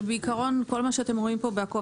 בעיקרון כל מה שאתם רואים פה בעקוב